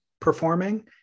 performing